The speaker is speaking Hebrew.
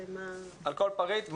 על כל פריט,